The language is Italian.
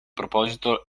proposito